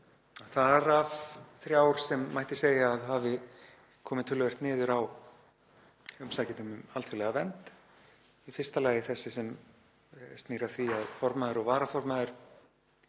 þar af þrjár sem mætti segja að hafi komið töluvert niður á umsækjendum um alþjóðlega vernd. Í fyrsta lagi þessi sem snýr að því að formaður og varaformaður